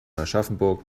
aschaffenburg